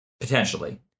potentially